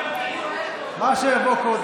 מה שיבוא קודם.